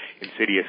insidious